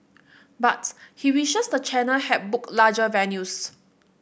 but he wishes the channel had booked larger venues